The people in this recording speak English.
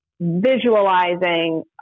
visualizing